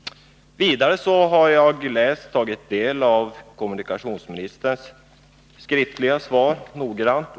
Vidare har jag läst och tagit del av kommunikationsministerns skriftliga svar noggrant.